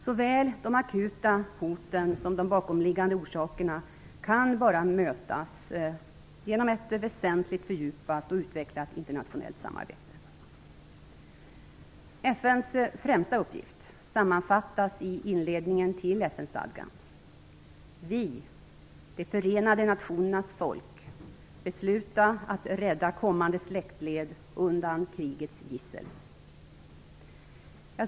Såväl de akuta hoten som de bakomliggande orsakerna kan bara mötas genom ett väsentligt fördjupat och utvecklat internationellt samarbete. FN:s främsta uppgift sammanfattas i inledningen till FN-stadgan: "Vi, de förenade nationernas folk, beslutna att rädda kommande släktled undan krigets gissel."